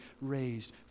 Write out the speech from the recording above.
raised